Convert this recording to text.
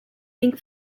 ink